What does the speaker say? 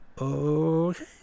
okay